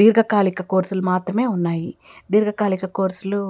దీర్ఘకాలిక కోర్సులు మాత్రమే ఉన్నాయి దీర్ఘకాలిక కోర్సులు